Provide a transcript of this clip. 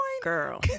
Girl